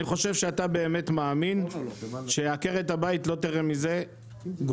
אני חושב שאתה באמת מאמין שעקרת הבית לא תראה מזה גרוש.